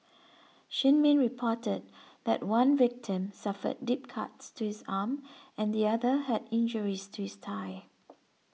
Shin Min reported that one victim suffered deep cuts to his arm and the other had injuries to his thigh